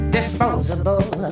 Disposable